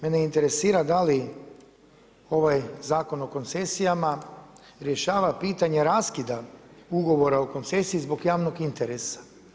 Mene interesira da li ovaj Zakon o koncesijama rješava pitanje raskida ugovora o koncesiji zbog javnog interesa?